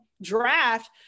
draft